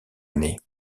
année